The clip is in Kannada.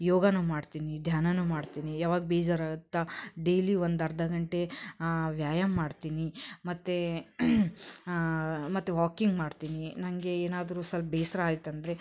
ಯೋಗನೂ ಮಾಡ್ತೀನಿ ಧ್ಯಾನನೂ ಮಾಡ್ತೀನಿ ಯಾವಾಗ ಬೇಜಾರಾಗತ್ತೆ ಡೇಲಿ ಒಂದು ಅರ್ಧ ಗಂಟೆ ವ್ಯಾಯಾಮ ಮಾಡ್ತೀನಿ ಮತ್ತು ಮತ್ತು ವಾಕಿಂಗ್ ಮಾಡ್ತೀನಿ ನನಗೆ ಏನಾದ್ರೂ ಸ್ವಲ್ಪ ಬೇಸರ ಆಯ್ತು ಅಂದರೆ